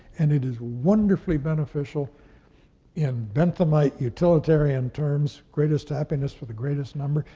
and it is wonderfully beneficial in benthamite, utilitarian terms, greatest happiness for the greatest number.